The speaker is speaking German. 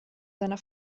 seiner